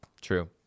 True